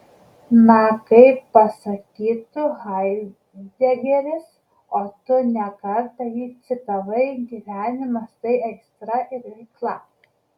na kaip pasakytų haidegeris o tu ne kartą jį citavai gyvenimas tai aistra ir veikla